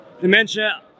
dementia